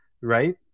right